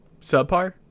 subpar